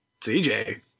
CJ